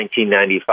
1995